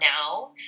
now